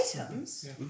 items